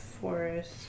Forest